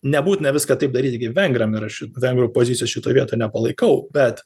nebūtina viską taip daryti kaip vengram ir aš vengrų pozicijos šitoj vietoj nepalaikau bet